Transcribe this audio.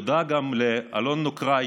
תודה גם לאלון נוקראי,